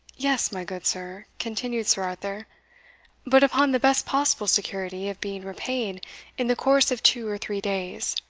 yes, my good sir, continued sir arthur but upon the best possible security of being repaid in the course of two or three days.